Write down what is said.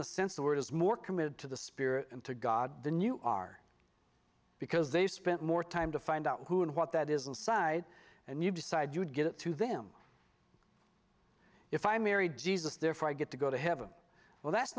the sense or is more committed to the spirit and to god than you are because they spent more time to find out who and what that is inside and you decide you'd get it to them if i married jesus therefore i get to go to heaven well that's